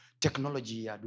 technology